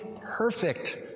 perfect